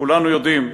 כולנו יודעים,